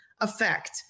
effect